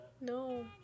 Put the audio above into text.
No